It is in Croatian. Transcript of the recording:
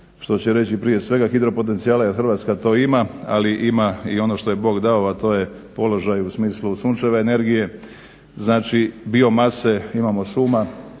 što će reći prije svega hidropotencijale jer Hrvatska to ima, ali ima i ono što je Bog dao a to je položaj u smislu sunčeve energije. Znači biomase imamo šuma.